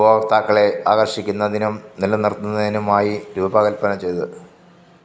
ഉപഭോക്താക്കളെ ആകർഷിക്കുന്നതിനും നിലനിർത്തുന്നതിനുമായി രൂപകൽപ്പന ചെയ്ത്